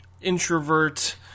introvert